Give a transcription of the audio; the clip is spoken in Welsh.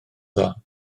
dda